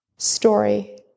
Story